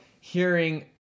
hearing